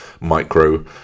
micro